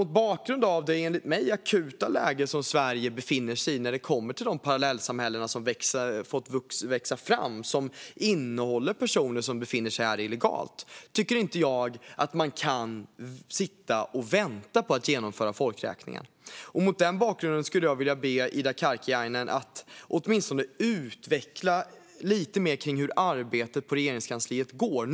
Mot bakgrund av det enligt mig akuta läge som Sverige befinner sig i när det kommer till de parallellsamhällen som har fått växa fram och som innehåller personer som befinner sig här illegalt tycker jag inte att man kan sitta och vänta på att genomföra folkräkningen. Mot den bakgrunden skulle jag vilja be Ida Karkiainen att åtminstone utveckla lite mer kring hur arbetet på Regeringskansliet går.